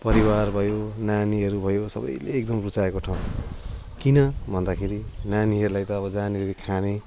परिवार भयो नानीहरू भयो सबैले एकदम रुचाएको ठाउँ किन भन्दाखेरि नानीहरूलाई त अब जहाँनेर खाने